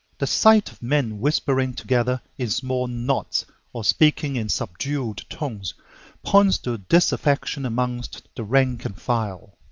the sight of men whispering together in small knots or speaking in subdued tones points to disaffection amongst the rank and file.